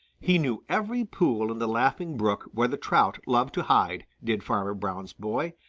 he knew every pool in the laughing brook where the trout love to hide, did farmer brown's boy,